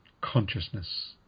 consciousness